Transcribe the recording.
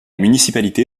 municipalité